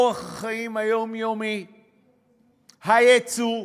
אורח החיים היומיומי, היצוא,